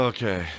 Okay